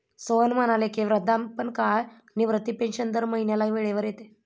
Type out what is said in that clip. सोहन म्हणाले की, वृद्धापकाळ निवृत्ती पेन्शन दर महिन्याला वेळेवर येते